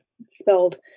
spelled